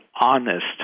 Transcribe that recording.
honest